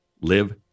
Live